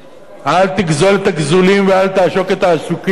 אל תגזול את הגזולים, ואל תעשוק את העשוקים.